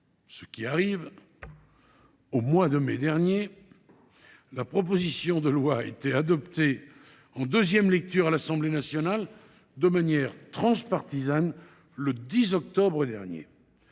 de mai dernier – cela arrive –, la proposition de loi a été adoptée en deuxième lecture à l’Assemblée nationale de manière transpartisane le 10 octobre dernier.